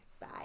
Bye